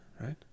right